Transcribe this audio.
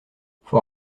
faut